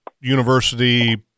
university